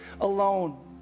alone